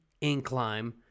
incline